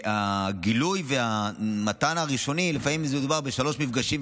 הגילוי והמתן הראשוני לפעמים מדובר בשלושה מפגשים,